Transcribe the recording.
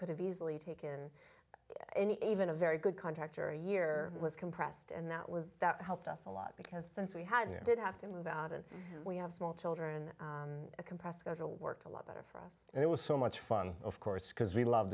could have easily taken any even a very good contractor a year was compressed and that was that helped us a lot because since we had did have to move out and we have small children a compressed schedule worked a lot better for us and it was so much fun of course because we love